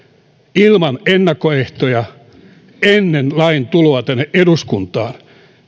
ilman ennakkoehtoja ennen lain tuloa tänne eduskuntaan